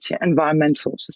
environmental